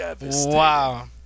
Wow